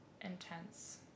intense